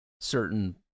certain